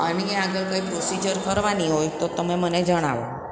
આની આગળ કંઈ પ્રોસિજર કરવાની હોય તો તમે મને જણાવો